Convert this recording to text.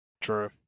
True